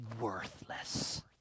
worthless